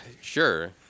sure